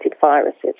viruses